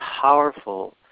powerful